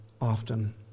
often